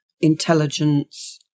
intelligence